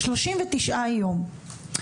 39 יום.